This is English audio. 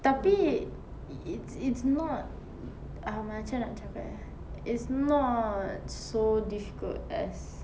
tapi it's it's not ah macam mana nak cakap eh it's not so difficult as